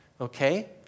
okay